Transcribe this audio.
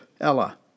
Ella